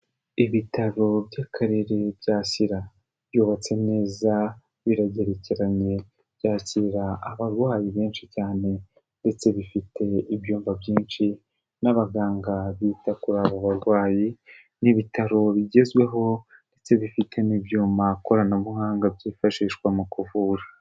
Ibitaro by'akarere bya Sira byubatse neza biragerekeranye byakira abarwayi benshi cyane ndetse bifite ibyumba byinshi n'abaganga bita kuri abo barwayi, ni ibitaro bigezweho ndetse bifite n'ibyuma koranabuhanga byifashishwa mu kuvura.